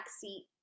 seat